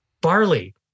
Barley